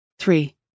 three